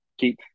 keep